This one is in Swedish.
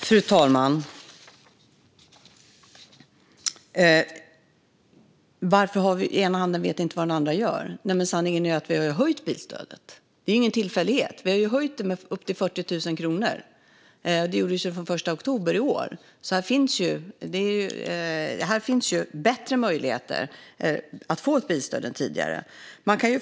Fru talman! Varför talet om att den ena handen inte vet vad den andra gör? Sanningen är att vi har höjt bilstödet. Det är ingen tillfällighet. Vi har höjt det med upp till 40 000 kronor; det gjordes från den 1 oktober förra året. Det finns alltså bättre möjligheter att få bilstöd än tidigare.